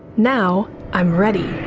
now i'm ready.